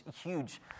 huge